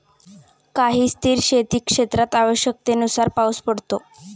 काही स्थिर शेतीक्षेत्रात आवश्यकतेनुसार पाऊस पडतो